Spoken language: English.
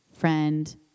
friend